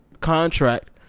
contract